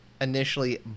initially